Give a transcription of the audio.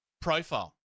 profile